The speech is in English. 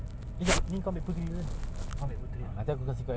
eh jap ni kau ambil puteri dulu kan ah ambil puteri ah